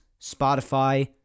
Spotify